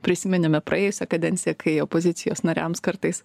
prisiminėme praėjusią kadenciją kai opozicijos nariams kartais